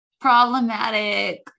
problematic